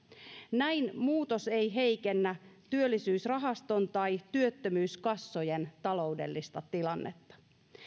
näin muutos ei heikennä työllisyysrahaston tai työttömyyskassojen taloudellista tilannetta